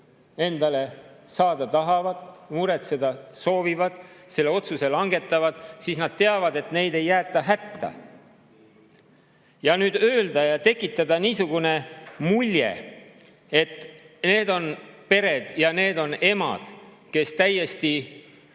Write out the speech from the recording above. endale saada tahavad, muretseda soovivad, selle otsuse langetavad, siis nad teavad, et neid ei jäeta hätta. Ja nüüd öelda ja tekitada niisugune mulje, et need on pered ja need on emad, kes täiesti